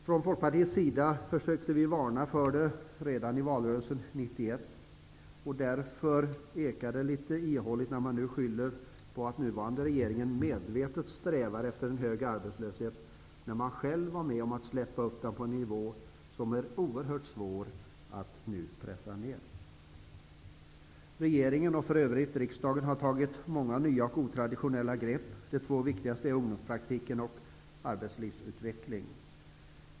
Från Folkpartiet varnade vi för detta redan i valrörelsen 1991. Därför ekar det ihåligt när man nu skyller på den nuvarande regeringen och säger att den medvetet strävar efter en hög arbetslöshet, när man själv var med om att låta den stiga upp till en nivå som gör att det är oerhört svårt att nu pressa ner arbetslösheten. Regeringen, och för övrigt också riksdagen, har tagit många nya och otraditionella grepp. De två viktigaste är ungdomspraktik och arbetslivsutveckling.